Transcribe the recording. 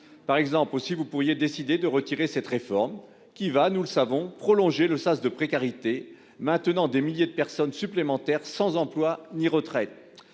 temps plein. Vous pourriez aussi décider de retirer cette réforme qui va, nous le savons, prolonger le sas de précarité de milliers de personnes supplémentaires, sans emploi ni retraite.